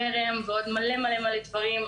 חרם ועוד הרבה מאוד דברים,